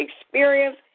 experience